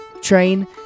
train